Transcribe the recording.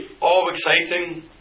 all-exciting